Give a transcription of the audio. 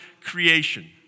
creation